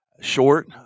short